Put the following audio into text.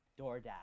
DoorDash